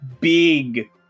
big